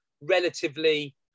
relatively